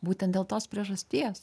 būtent dėl tos priežasties